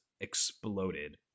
exploded